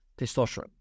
testosterone